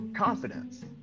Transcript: confidence